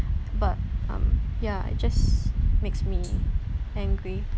but um ya it just makes me angry